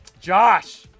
Josh